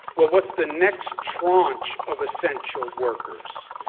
what's the next tranche of essential workers?